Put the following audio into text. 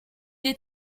est